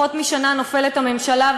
שתוך פחות משנה נופלת הממשלה,